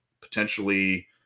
potentially